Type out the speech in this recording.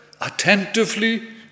attentively